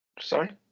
sorry